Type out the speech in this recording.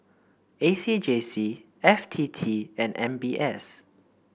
A C J C F T T and M B S